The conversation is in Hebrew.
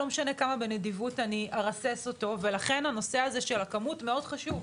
לא משנה כמה בנדיבות אני ארסס אותו ולכן הנושא של הכמות מאוד חשוב,